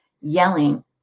Yelling